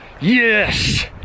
yes